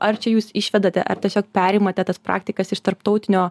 ar čia jūs išvedate ar tiesiog perimate tas praktikas iš tarptautinio